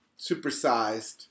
supersized